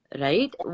right